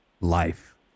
life